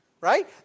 Right